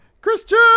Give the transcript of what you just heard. Christian